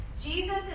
Jesus